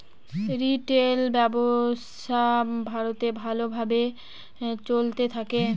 retail ব্যবসা ভারতে ভালো ভাবে চলতে থাকে